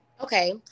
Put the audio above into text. okay